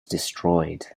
destroyed